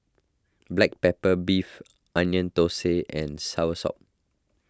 Black Pepper Beef Onion Thosai and Soursop